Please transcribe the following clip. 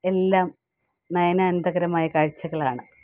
എല്ലാം നയനാനന്ദകരമായ കാഴ്ചകളാണ്